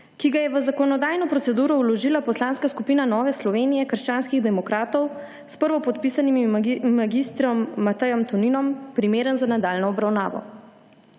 ki ga je v zakonodajno proceduro vložila Poslanska skupina Nove Slovenije – krščanskih demokratov s prvopodpisanim mag. Matejem Toninom, primeren za nadaljnjo obravnavo.